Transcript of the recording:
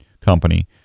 company